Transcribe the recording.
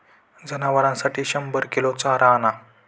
जनावरांसाठी शंभर किलो चारा आणा